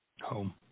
home